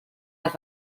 las